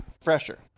fresher